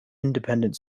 independent